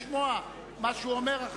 לשמוע מה שהוא אומר,